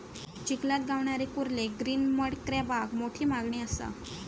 चिखलात गावणारे कुर्ले ग्रीन मड क्रॅबाक मोठी मागणी असा